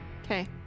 Okay